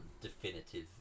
definitive